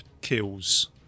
kills